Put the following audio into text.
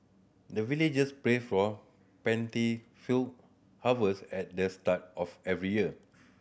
the villagers pray for plentiful harvest at the start of every year